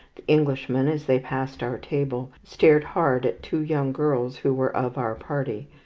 the englishmen, as they passed our table, stared hard at two young girls who were of our party,